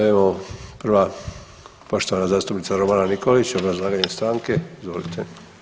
Evo prva poštovana zastupnica Romana Nikolić, obrazlaganje stanke izvolite.